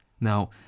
Now